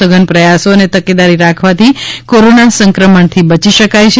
સઘન પ્રયાસો અને તકેદારી રાખવાથી કોરોના સંક્રમણથી બચી શકાય છે